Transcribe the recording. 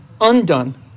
undone